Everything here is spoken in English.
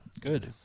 good